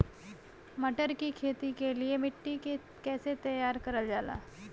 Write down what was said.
मटर की खेती के लिए मिट्टी के कैसे तैयार करल जाला?